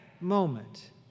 moment